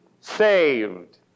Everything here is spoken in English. saved